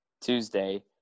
Tuesday